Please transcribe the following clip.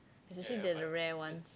is actually the the rare one